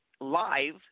live